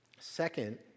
Second